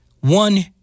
One